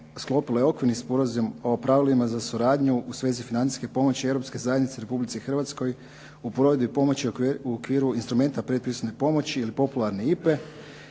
Hvala vam